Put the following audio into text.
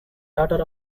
daughter